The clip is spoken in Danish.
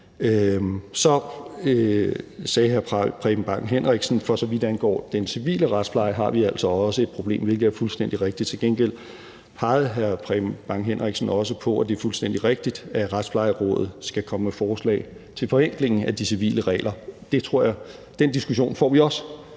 Så sagde hr. Preben Bang Henriksen, at for så vidt angår den civile retspleje, har vi altså også et problem, hvilket er fuldstændig rigtigt. Til gengæld pegede hr. Preben Bang Henriksen også på – og det er fuldstændig rigtigt – at Retsplejerådet skal komme med forslag til forenkling af de civile regler. Den diskussion får vi også,